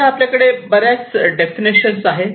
सध्या आपल्याकडे बऱ्याच डेफिनिशन आहेत